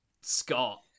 Scott